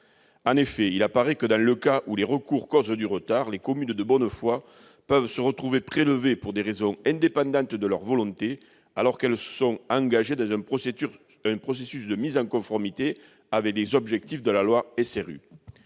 En effet, il apparaît que, dans le cas où les recours causent des retards, les communes de bonne foi peuvent se retrouver prélevées pour des raisons indépendantes de leur volonté, alors qu'elles sont engagées dans un processus de mise en conformité avec les objectifs de la loi SRU.